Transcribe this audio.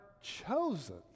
chosen